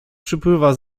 przepływa